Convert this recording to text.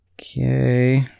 Okay